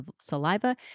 saliva